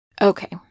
Okay